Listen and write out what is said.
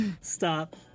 stop